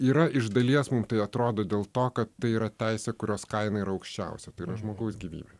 yra iš dalies mum tai atrodo dėl to kad tai yra teisė kurios kaina yra aukščiausia žmogaus gyvybė